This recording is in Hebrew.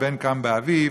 ובן קם באביו,